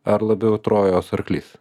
ar labiau trojos arklys